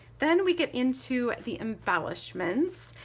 then we get into the embellishments.